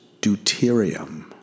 deuterium